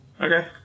Okay